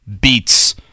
beats